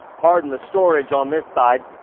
pardon the storage on this side,